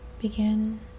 Begin